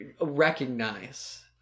recognize